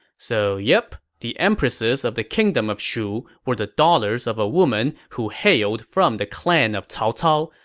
so yup, the empresses of the kingdom of shu were the daughters of a woman who hailed from the clan of cao cao,